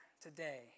today